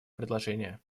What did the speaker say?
предложения